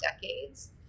decades